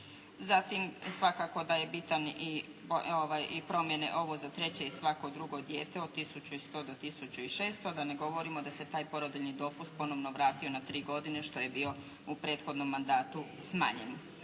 Zatim, svakako da je bitan i promjene ovo za treće i svako drugo dijete od tisuću i 100 do tisuću i 600 a da ne govorimo da se taj porodiljni dopust ponovno vratio na tri godine što je bio u prethodnom mandatu smanjen.